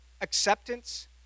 acceptance